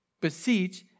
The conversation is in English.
Beseech